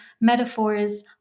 metaphors